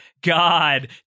god